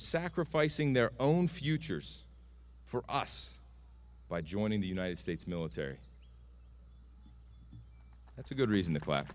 sacrificing their own futures for us by joining the united states military that's a good reason to cla